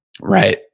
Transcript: Right